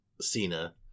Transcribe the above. Cena